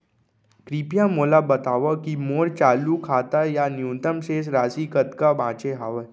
कृपया मोला बतावव की मोर चालू खाता मा न्यूनतम शेष राशि कतका बाचे हवे